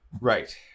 Right